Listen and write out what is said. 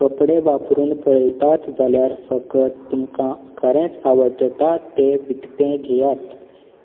कपडे वापरून पळयतात जाल्यार फकत तुमकां खरेंच आवडटा तें विकतें घेयात